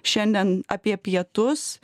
šiandien apie pietus